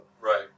Right